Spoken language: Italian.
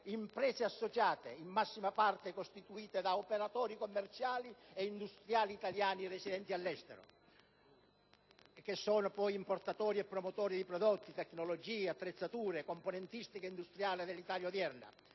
imprese associate, in massima parte costituite da operatori commerciali e industriali italiani residenti all'estero, che sono importatori e promotori di prodotti, tecnologie, attrezzature, componentistica industriale dell'Italia odierna.